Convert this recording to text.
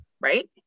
right